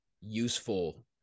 useful